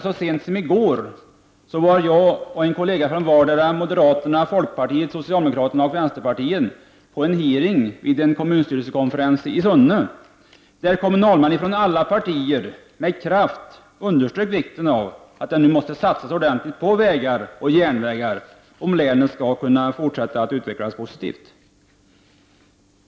Så sent som i går var jag och en kollega från vardera moderaterna, folkpartiet, socialdemokraterna och vänsterpartiet på en hearing i samband med en kommunstyrelsekonferens i Sunne. Där underströk kommunalmän från alla partier med kraft vikten av att det nu måste satsas ordentligt på vägar och järnvägar om länet skall kunna fortsätta att utvecklas positivt.